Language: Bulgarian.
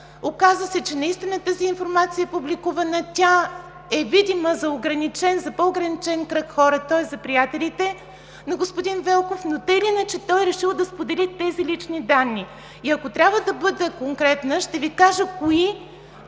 оказа се, че наистина тази информация е публикувана, тя е видима за по-ограничен кръг хора, тоест за приятелите на господин Велков, но така или иначе той е решил да сподели тези лични данни. Ако трябва да бъда конкретна, ще Ви кажа кои